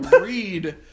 read